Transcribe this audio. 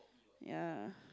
yeah